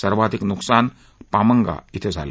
सर्वाधिक नुकसान पामंगा धिं झालं